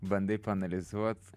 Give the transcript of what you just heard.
bandai paanalizuot